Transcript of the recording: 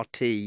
RT